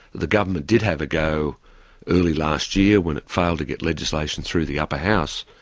the government did have a go early last year when it failed to get legislation through the upper house,